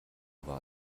war